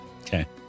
Okay